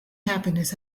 happiness